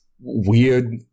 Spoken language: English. weird